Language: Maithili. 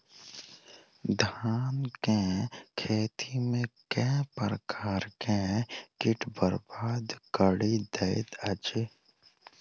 धान केँ खेती मे केँ प्रकार केँ कीट बरबाद कड़ी दैत अछि?